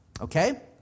Okay